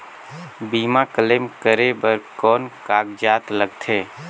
बीमा क्लेम करे बर कौन कागजात लगथे?